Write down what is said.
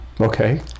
Okay